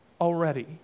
already